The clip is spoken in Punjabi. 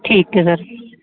ਠੀਕ ਹੈ ਸਰ